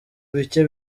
bicye